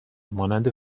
مانند